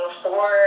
four